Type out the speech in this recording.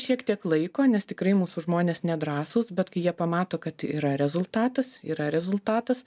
šiek tiek laiko nes tikrai mūsų žmonės nedrąsūs bet kai jie pamato kad yra rezultatas yra rezultatas